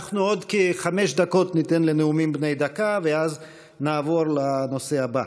אנחנו ניתן עוד כחמש דקות לנאומים בני דקה ואז נעבור לנושא הבא,